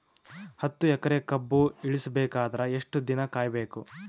ಹತ್ತು ಎಕರೆ ಕಬ್ಬ ಇಳಿಸ ಬೇಕಾದರ ಎಷ್ಟು ದಿನ ಕಾಯಿ ಬೇಕು?